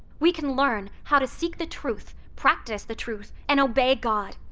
we can learn how to seek the truth, practice the truth, and obey god,